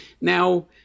Now